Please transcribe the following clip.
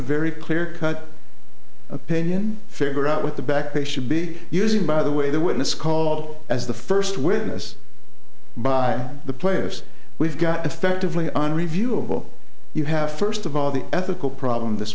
very clear cut opinion figure out what the back pay should be using by the way the witness called as the first witness by the plaintiffs we've got effectively unreviewable you have first of all the ethical problem this